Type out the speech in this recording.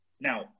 Now